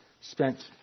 spent